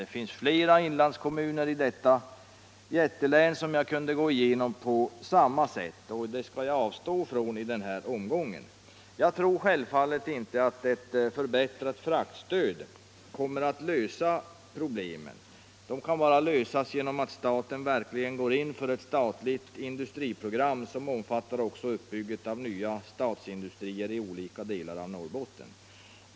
Det finns flera inlandskommuner i detta jättelän som jag kunde redogöra för på samma sätt, men jag skall avstå från detta i denna omgång. Jag tror självfallet inte att ett förbättrat fraktstöd kommer att lösa problemen. De kan bara lösas genom att staten verkligen går in för ett statligt industriporgram som omfattar också uppbyggandet av nya statsindustrier i olika delar av Norrbotten.